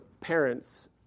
parents